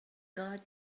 got